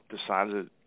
decided